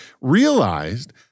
realized